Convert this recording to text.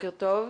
בוקר טוב.